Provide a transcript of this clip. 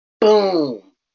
Boom